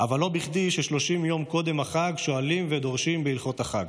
אבל לא בכדי 30 יום קודם החג שואלים ודורשים בהלכות החג.